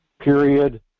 period